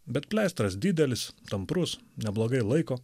bet pleistras didelis tamprus neblogai laiko